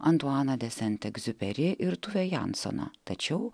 antuaną de sent egziuperi ir tuvė jansoną tačiau